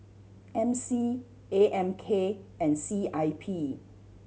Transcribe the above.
M C A M K and C I P